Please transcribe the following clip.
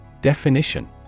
Definition